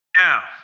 Now